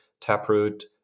Taproot